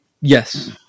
Yes